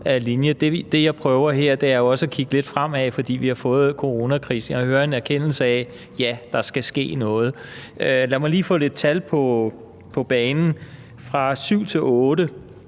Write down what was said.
er jo også at kigge lidt fremad, fordi vi har fået coronakrisen, og jeg hører en erkendelse af, at der skal ske noget. Lad mig lige få lidt tal på banen: Fra